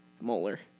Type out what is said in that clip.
molar